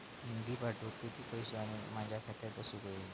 निधी पाठवुक किती पैशे माझ्या खात्यात असुक व्हाये?